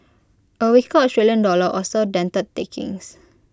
A weaker Australian dollar also dented takings